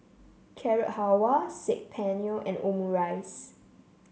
Carrot Halwa Saag Paneer and Omurice